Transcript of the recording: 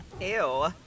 Ew